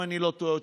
אם אני לא טועה,